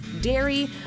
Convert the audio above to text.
dairy